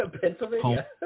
Pennsylvania